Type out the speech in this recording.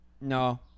No